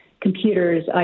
computers